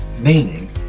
meaning